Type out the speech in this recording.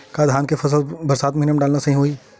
का धान के फसल ल बरसात के महिना डालना सही होही?